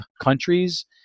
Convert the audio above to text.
countries